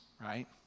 right